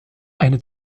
eine